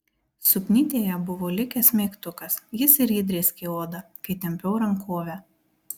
suknytėje buvo likęs smeigtukas jis ir įdrėskė odą kai tempiau rankovę